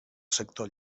sector